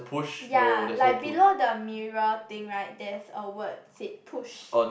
ya like below the mirror thing right there's a word said push